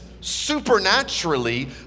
supernaturally